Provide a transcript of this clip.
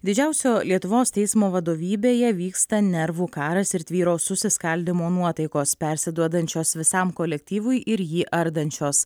didžiausio lietuvos teismo vadovybėje vyksta nervų karas ir tvyro susiskaldymo nuotaikos persiduodančios visam kolektyvui ir jį ardančios